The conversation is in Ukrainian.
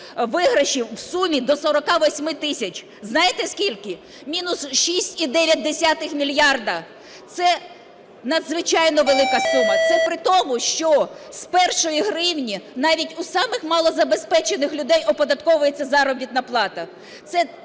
виграшів у сумі до 48 тисяч. Знаєте, скільки? Мінус 6,9 мільярда. Це надзвичайно велика сума. Це при тому, що з першої гривні навіть у самих малозабезпечених людей оподатковується заробітна плата.